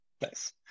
Nice